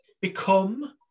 become